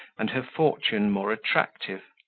and her fortune more attractive.